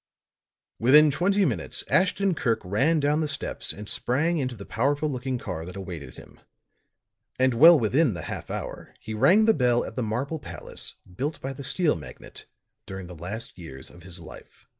within twenty minutes ashton-kirk ran down the steps and sprang into the powerful looking car that awaited him and well within the half hour he rang the bell at the marble palace built by the steel magnate during the last years of his life.